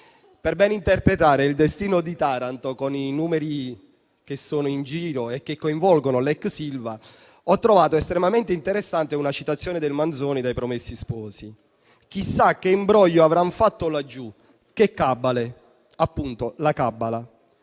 per ben interpretare il destino di Taranto con i numeri che circolano e che coinvolgono l'ex Ilva, ho trovato estremamente interessante una citazione del Manzoni da «Ipromessi sposi»: «Chissà che imbroglio avran fatto laggiù, che cabale». Appunto: la cabala.